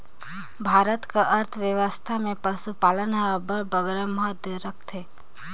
भारत कर अर्थबेवस्था में पसुपालन हर अब्बड़ बगरा महत रखथे